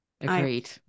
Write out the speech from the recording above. Agreed